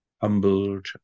humbled